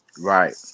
Right